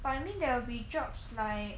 but I mean there will be jobs like